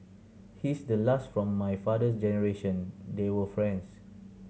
he's the last from my father's generation they were friends